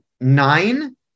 Nine